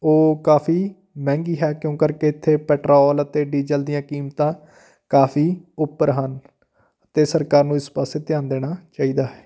ਉਹ ਕਾਫੀ ਮਹਿੰਗੀ ਹੈ ਕਿਉਂ ਕਰਕੇ ਇੱਥੇ ਪੈਟਰੋਲ ਅਤੇ ਡੀਜ਼ਲ ਦੀਆਂ ਕੀਮਤਾਂ ਕਾਫੀ ਉੱਪਰ ਹਨ ਤੇ ਸਰਕਾਰ ਨੂੰ ਇਸ ਪਾਸੇ ਧਿਆਨ ਦੇਣਾ ਚਾਹੀਦਾ ਹੈ